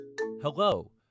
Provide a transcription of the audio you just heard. hello